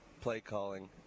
Play-calling